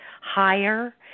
higher